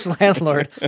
landlord